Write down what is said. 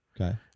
Okay